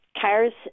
Cars